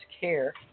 care